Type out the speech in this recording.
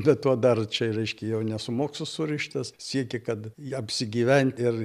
be to dar čia reiškia jau ne su mokslu surištas siekė kad apsigyventi ir